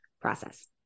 process